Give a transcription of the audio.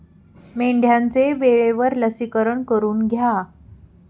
मेंढ्यांचे वेळेवर लसीकरण करून घ्या